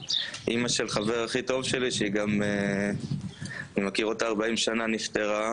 אמא של חבר הכי טוב שלי שאני מכיר אותה 40 שנה נפטרה.